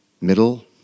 middle